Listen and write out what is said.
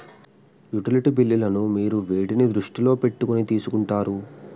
Utility బిల్లులను మీరు వేటిని దృష్టిలో పెట్టుకొని తీసుకుంటారు?